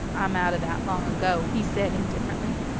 i'm out of that long ago, he said indifferently.